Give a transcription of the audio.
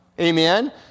Amen